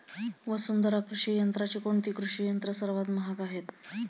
वसुंधरा कृषी यंत्राची कोणती कृषी यंत्रे सर्वात महाग आहेत?